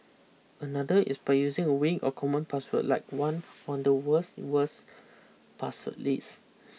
another is by using a weak or common password like one on the worst worst password list